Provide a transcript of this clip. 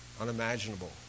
unimaginable